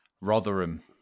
Rotherham